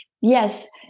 Yes